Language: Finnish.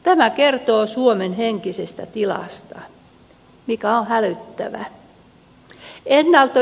tämä kertoo suomen henkisestä tilasta mikä on hälyttävä